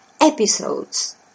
episodes